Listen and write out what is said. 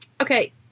okay